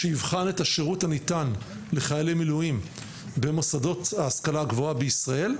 שיבחן את השירות הניתן לחיילי מילואים במוסדות ההשכלה הגבוהה בישראל,